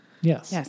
Yes